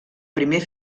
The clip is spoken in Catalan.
primer